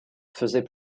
faisait